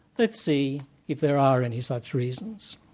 let's see if there are any such reasons.